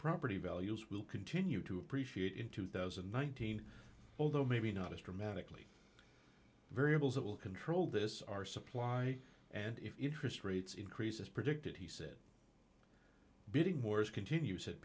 property values will continue to appreciate in two thousand and nineteen although maybe not as dramatically variables that will control this our supply and if interest rates increase as predicted he said bidding wars continue